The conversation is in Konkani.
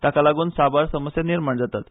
ताका लागून साबार समस्या निर्माण जातात